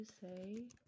say